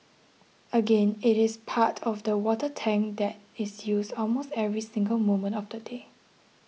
again it is part of the water tank that is used almost every single moment of the day